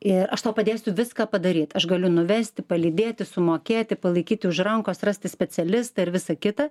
ir aš tau padėsiu viską padaryt aš galiu nuvesti palydėti sumokėti palaikyti už rankos rasti specialistą ir visa kita